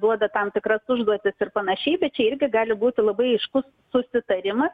duoda tam tikra užduotis ir panašiai bet čia irgi gali būti labai aiškus susitarimas